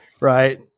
Right